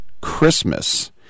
Christmas